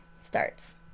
starts